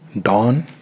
dawn